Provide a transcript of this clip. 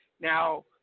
Now